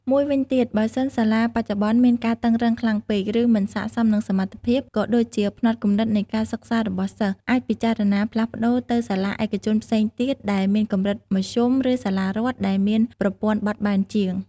មួយវិញទៀត បើសិនសាលាបច្ចុប្បន្នមានការតឹងរ៉ឹងខ្លាំងពេក ឬមិនស័ក្តិសមនឹងសមត្ថភាព ក៏ដូចជាផ្នត់គំនិតនៃការសិក្សារបស់សិស្ស អាចពិចារណាផ្លាស់ប្តូរទៅសាលាឯកជនផ្សេងទៀតដែលមានកម្រិតមធ្យម ឬសាលារដ្ឋដែលមានប្រព័ន្ធបត់បែនជាង។